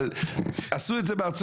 אבל עשו את זה בארה"ב,